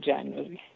January